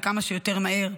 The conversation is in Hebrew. וכמה שיותר מהיר.